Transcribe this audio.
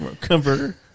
converter